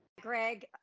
Greg